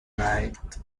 night